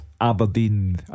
Aberdeen